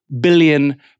billion